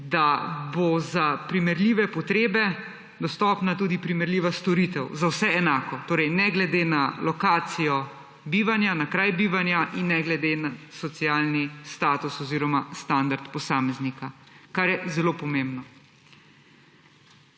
da bo za primerljive potrebe dostopna tudi primerljiva storitev; za vse enako, torej ne glede na lokacijo bivanja, na kraj bivanja in ne glede na socialni status oziroma standard posameznika, kar je zelo pomembno.